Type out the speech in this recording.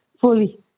fully